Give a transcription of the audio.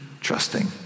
trusting